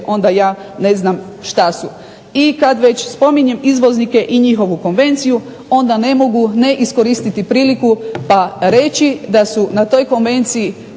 onda ja ne znam šta su. I kad već spominjem izvoznike i njihovu konvenciju onda ne mogu ne iskoristiti priliku pa reći da su na toj konvenciji